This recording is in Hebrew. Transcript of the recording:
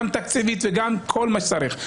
גם תקציבית וכל מה שצריך,